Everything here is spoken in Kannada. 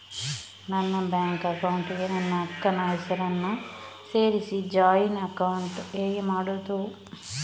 ನನ್ನ ಬ್ಯಾಂಕ್ ಅಕೌಂಟ್ ಗೆ ನನ್ನ ಅಕ್ಕ ನ ಹೆಸರನ್ನ ಸೇರಿಸಿ ಜಾಯಿನ್ ಅಕೌಂಟ್ ಹೇಗೆ ಮಾಡುದು?